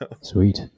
Sweet